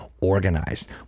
organized